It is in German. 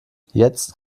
jetzt